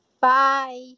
Bye